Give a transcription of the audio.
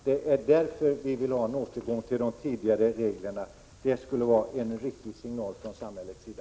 Det är därför vi vill ha en återgång till de tidigare reglerna. Det skulle vara en riktig signal från samhällets sida.